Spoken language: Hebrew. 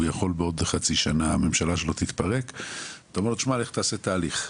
ויכול להיות שהממשלה שלו תתפרק עוד חצי שנה ללכת לעשות תהליך.